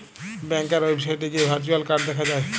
ব্যাংকার ওয়েবসাইটে গিয়ে virtual card দেখা যায়